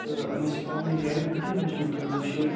تہٕ مےٚ چھِ پنٛنہِ گَرِ پٮ۪ٹھٕے ہیوٚچھمُت کٲشٕر